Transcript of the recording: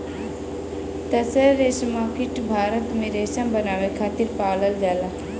तसर रेशमकीट भारत में रेशम बनावे खातिर पालल जाला